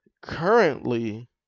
Currently